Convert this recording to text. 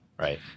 Right